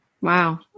Wow